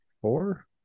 four